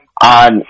on